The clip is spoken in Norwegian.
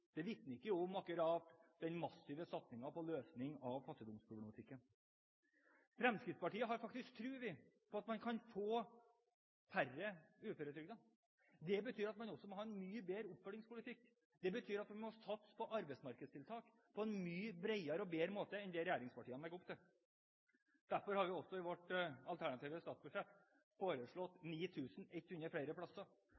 Det vitner ikke akkurat om en massiv satsing på løsning av fattigdomsproblematikken. Fremskrittspartiet har faktisk tro på at man kan få færre uføretrygdede. Det betyr at man også må ha en mye bedre oppfølgingspolitikk. Det betyr at vi må satse på arbeidsmarkedstiltak på en mye bredere og bedre måte enn det regjeringspartiene legger opp til. Derfor har vi også i vårt alternative statsbudsjett foreslått